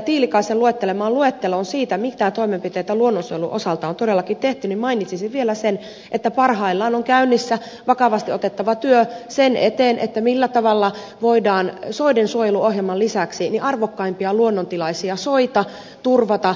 tiilikaisen luettelemaan luetteloon siitä mitä toimenpiteitä luonnonsuojelun osalta on todellakin tehty lisäisin vielä sen että parhaillaan on käynnissä vakavasti otettava työ sen eteen millä tavalla voidaan soidensuojeluohjelman lisäksi arvokkaimpia luonnontilaisia soita turvata